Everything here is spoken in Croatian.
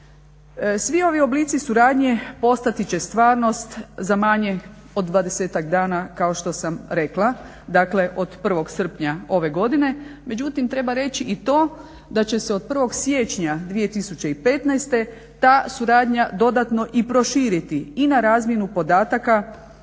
Svi ovi oblici suradnje postati će stvarnost za manje od dvadesetak dana kao što sam rekla dakle od 1.sprnja ove godine, međutim treba reći i to da će se od 1.siječnja 2015.ta suradnja dodatno i proširiti i na razmjenu podataka